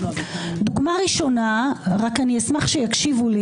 רק אני אשמח שיקשיבו לי,